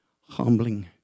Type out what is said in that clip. humbling